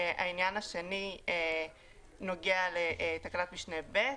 העניין השני נוגע לתקנת משנה (ב),